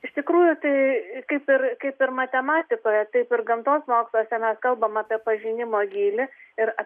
iš tikrųjų tai kaip ir kaip ir matematikoje taip ir gamtos moksluose mes kalbam apie pažinimo gylį ir